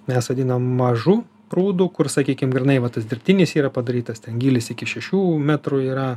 mes vadinam mažu prūdu kur sakykim grynai va tas dirbtinis yra padarytas ten gylis iki šešių metrų yra